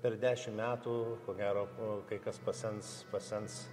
per dešim metų ko gero kai kas pasens pasens